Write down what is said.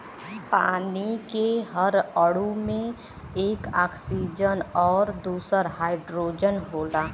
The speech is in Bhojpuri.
पानी के हर अणु में एक ऑक्सीजन आउर दूसर हाईड्रोजन होला